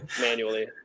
manually